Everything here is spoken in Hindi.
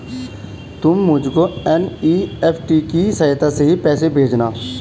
तुम मुझको एन.ई.एफ.टी की सहायता से ही पैसे भेजना